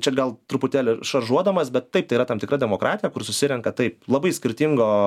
čia gal truputėlį šaržuodamas bet taip tai yra tam tikra demokratija kur susirenka taip labai skirtingo